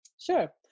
Sure